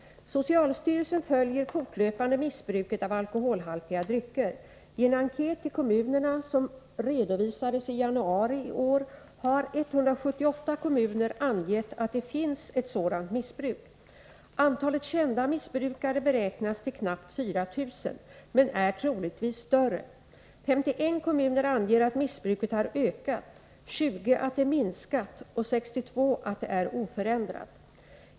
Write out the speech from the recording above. Socialstyrelsen följer fortlöpande missbruket av alkoholhaltiga preparat. I en enkät till kommunerna som redovisades i januari i år, har 178 kommuner angett att det finns ett sådant missbruk. Antalet kända missbrukare beräknas till knappt 4 000, men är troligtvis större. 51 kommuner anger att missbruket har ökat, 20 att det minskat och 62 att det är oförändrat.